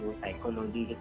psychology